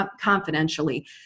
confidentially